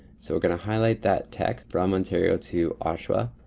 so we're gonna highlight that text from ontario to oshawa,